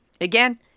Again